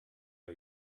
are